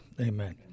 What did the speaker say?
Amen